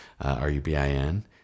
R-U-B-I-N